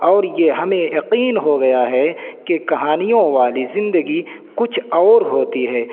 اور یہ ہمیں یقین ہو گیا ہے کہ کہانیوں والی زندگی کچھ اور ہوتی ہے